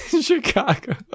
Chicago